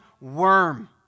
worm